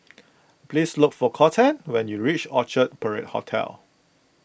please look for Kolten when you reach Orchard Parade Hotel